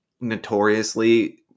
notoriously